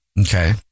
Okay